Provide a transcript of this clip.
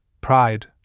pride